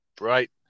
right